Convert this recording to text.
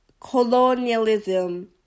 colonialism